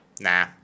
nah